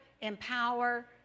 empower